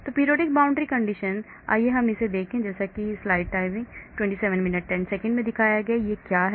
Periodic boundary condition आइए हम इसे देखें यह क्या है